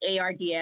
ARDS